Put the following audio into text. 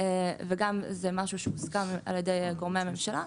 וגם זה משהו שהוסכם על ידי גורמי הממשלה,